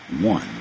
One